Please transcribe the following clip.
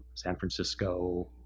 san francisco,